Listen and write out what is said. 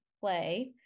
play